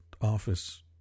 office